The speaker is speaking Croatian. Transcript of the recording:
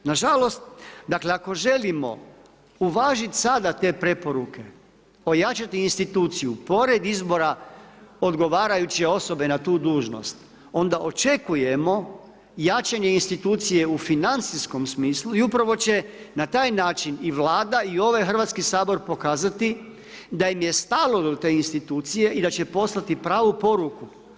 Nažalost, dakle, ako želimo uvažiti sada te preporuke, ojačati instituciju pored izvora odgovarajuće osobe na tu dužnost, onda očekujemo jačanje institucije u financijskom smislu i upravo će na taj način i vlada i ovaj Hrvatski sabor pokazati, da im je stalo do te institucije i da će poslati pravu poruku.